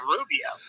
Rubio